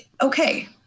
okay